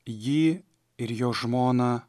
jį ir jo žmoną